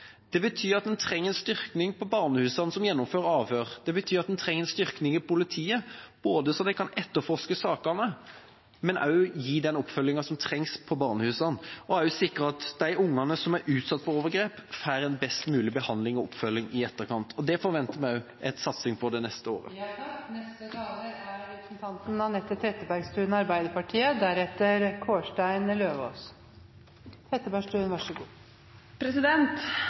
Det betyr også at en trenger mer midler når det gjelder etterforskning og oppfølging av barn. Det betyr at en trenger en styrking på barnehusene, som gjennomfører avhør. Det betyr at en trenger en styrking i politiet, så de kan etterforske sakene, og også gi den oppfølgingen som trengs på barnehusene og også sikre at de ungene som er utsatt for overgrep, får en best mulig behandling og oppfølging i etterkant. Det forventer vi også en satsing på det neste året.